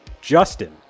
justin